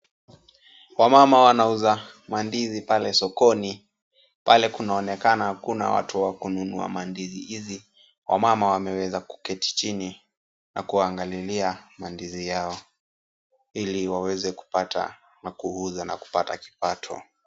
Wamama wanauza mandizi pale sokoni. Pale kunaonekana hakuna watu wa kununua mandizi hizi. Wamama wameweza kuketi chini na kuangalilia mandizi yao ili waweze kupata na kuuza na kupata kipato.